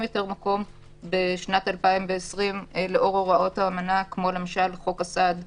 יותר מקום בשנת 2020 לאור הוראות האמנה כמו חוק הסעד,